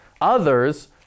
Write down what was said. Others